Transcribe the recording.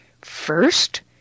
First